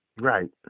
Right